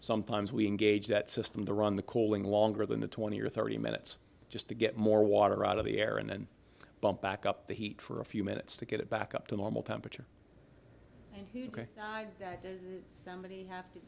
sometimes we engage that system to run the cooling longer than the twenty or thirty minutes just to get more water out of the air and then bump back up the heat for a few minutes to get it back up to normal temperature